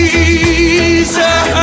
Jesus